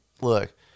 look